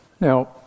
Now